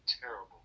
terrible